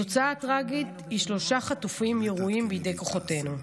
התוצאה הטרגית היא שלושה חטופים ירויים בידי כוחותינו,